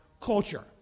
culture